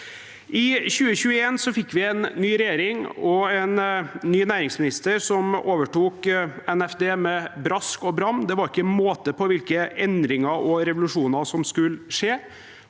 I 2021 fikk vi en ny regjering og en ny næringsminister som overtok Nærings- og fiskeridepartementet med brask og bram. Det var ikke måte på hvilke endringer og revolusjoner som skulle skje.